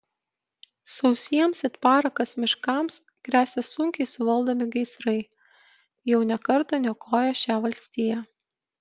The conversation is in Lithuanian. sausiems it parakas miškams gresia sunkiai suvaldomi gaisrai jau ne kartą niokoję šią valstiją